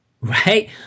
right